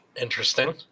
Interesting